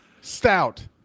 stout